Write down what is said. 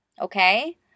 okay